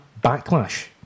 backlash